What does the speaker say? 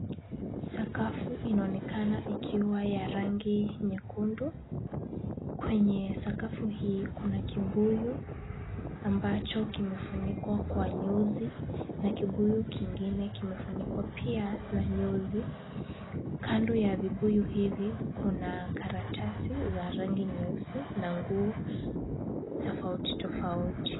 Sakafu inaonekana ikiwa ya rangi nyekundu. Kwenye sakafu hii kuna kibuyu ambacho kimefunikwa kwa nyuzi na kibuyu kingine kimefunikwa pia na nyuzi. Kando ya vibuyu hivi, kuna karatasi za rangi nyeusi na nguo tofauti tofauti.